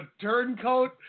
turncoat